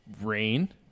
rain